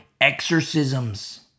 exorcisms